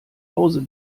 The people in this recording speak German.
hause